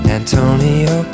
Antonio